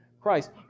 Christ